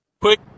Quick